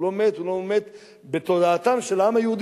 הוא בתודעתם של העם היהודי.